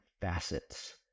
facets